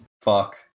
Fuck